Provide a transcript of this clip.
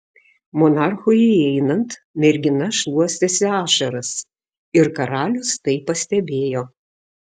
monarchui įeinant mergina šluostėsi ašaras ir karalius tai pastebėjo